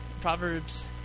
proverbs